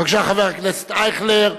בבקשה, חבר הכנסת אייכלר.